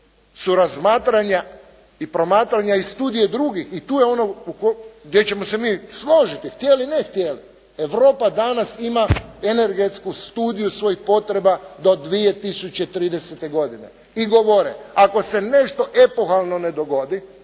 su razmatranja i promatranja iz studije drugih i tu je ono gdje ćemo se mi složiti, htjeli, ne htjeli. Europa danas ima energetsku studiju svojih potreba do 2030. godine i govore, ako se nešto epohalno ne dogodi,